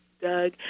Doug